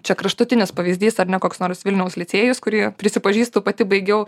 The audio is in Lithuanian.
čia kraštutinis pavyzdys ar ne koks nors vilniaus licėjus kurie prisipažįstu pati baigiau